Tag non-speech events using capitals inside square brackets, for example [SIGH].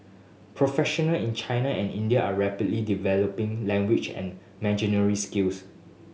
professional in China and India are rapidly developing language and [UNINTELLIGIBLE] skills